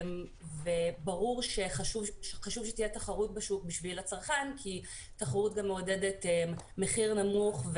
ברור שחשוב שתהיה תחרות בשוק בשביל הצרכן כי תחרות גם מעודדת מחיר נמוך.